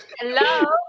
Hello